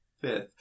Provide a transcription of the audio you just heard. fifth